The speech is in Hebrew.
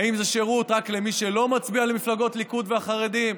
האם זה שירות רק למי שלא מצביע למפלגות ליכוד והחרדים?